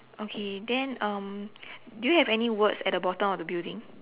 okay then um do you have any words at the bottom of the of the building